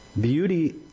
Beauty